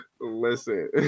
Listen